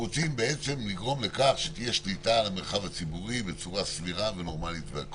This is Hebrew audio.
רוצים לגרום לכך שתהיה שליטה על המרחב הציבורי בצורה סבירה ונורמלית.